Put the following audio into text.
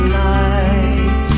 light